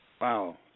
Wow